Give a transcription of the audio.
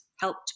helped